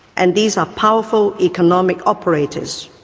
and these are powerful economic operators.